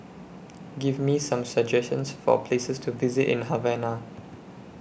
Give Me Some suggestions For Places to visit in Havana